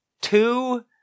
two